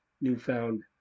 newfound